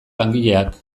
langileak